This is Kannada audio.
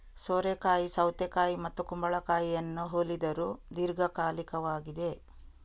ಸೋರೆಕಾಯಿ ಸೌತೆಕಾಯಿ ಮತ್ತು ಕುಂಬಳಕಾಯಿಯನ್ನು ಹೋಲಿದರೂ ದೀರ್ಘಕಾಲಿಕವಾಗಿದೆ